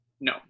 No